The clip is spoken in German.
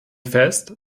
fest